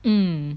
mm